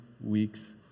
weeks